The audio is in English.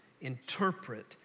interpret